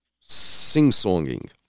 sing-songing